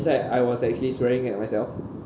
inside I was actually swearing at myself